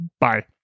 bye